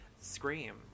Scream